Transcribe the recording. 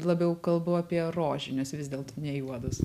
labiau kalbu apie rožinius vis dėlto ne juodus